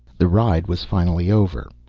the ride was finally over.